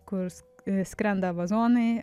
kur s skrenda vazonai